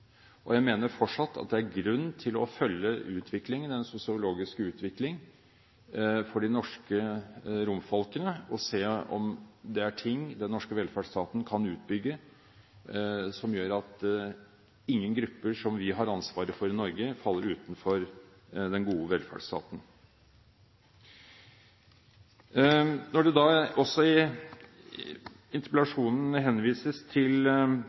Jeg mener fortsatt at det er grunn til å følge den sosiologiske utvikling for de norske romfolkene og se om det er noe som den norske velferdssstaten kan utbygge, som gjør at ingen grupper som vi har ansvaret for i Norge, faller utenfor den gode velferdsstaten. Det henvises i interpellasjonen også til